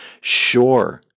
Sure